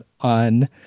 on